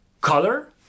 color